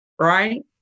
right